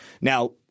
Now